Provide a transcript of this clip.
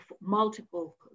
multiple